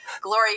glory